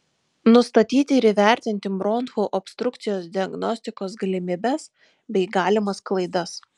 nustatyti ir įvertinti bronchų obstrukcijos diagnostikos galimybes bei galimas klaidas